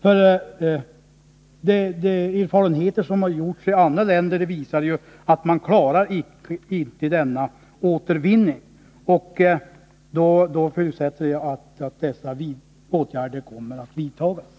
De erfarenheter som gjorts i andra länder visar att man inte klarar av en så stor återvinning.